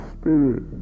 Spirit